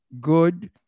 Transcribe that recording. good